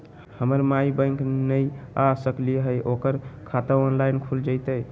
हमर माई बैंक नई आ सकली हई, ओकर खाता ऑनलाइन खुल जयतई?